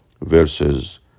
verses